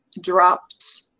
dropped